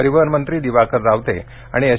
परिवहन मंत्री दिवाकर रावते आणि एस